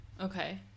Okay